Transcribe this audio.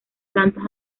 plantas